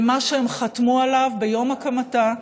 למה שהם חתמו עליו ביום הקמתה,